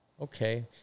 Okay